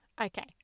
Okay